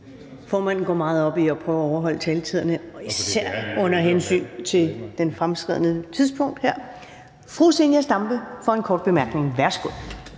Formanden går meget op i, at vi prøver at overholde taletiderne, især under hensyn til det fremskredne tidspunkt. Fru Zenia Stampe for en kort bemærkning. Værsgo.